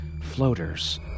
floaters